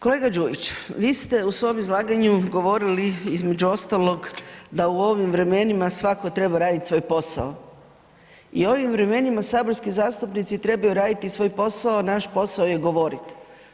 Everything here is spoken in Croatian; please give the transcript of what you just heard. Kolega Đujić, vi ste u svom izlaganju govorili između ostalog da u ovim vremenima svatko treba radit svoj posao i u ovim vremenima saborski zastupnici trebaju radit svoj posao, a naš posao je govoriti.